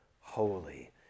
holy